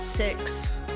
Six